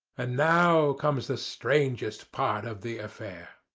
and now comes the strangest part of the affair.